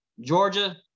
Georgia